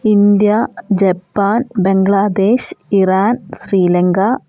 India Japan Bangladesh Iran Sri Lanka